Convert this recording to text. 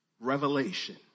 Revelation